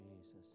jesus